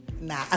Nah